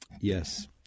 Yes